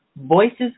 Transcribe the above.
Voices